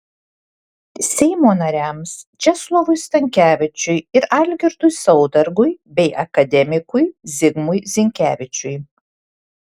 seimo nariams česlovui stankevičiui ir algirdui saudargui bei akademikui zigmui zinkevičiui